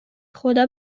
خدا